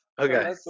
okay